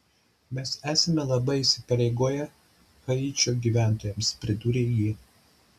mes esame labai įsipareigoję haičio gyventojams pridūrė ji